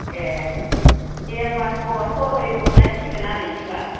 ए' दे होम्बा सर सरहै ब्रबनां सिगोन आरो बिदिबा